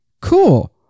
cool